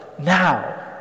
now